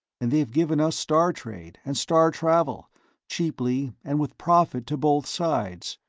and they've given us star-trade, and star-travel, cheaply and with profit to both sides.